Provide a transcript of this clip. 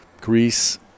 Greece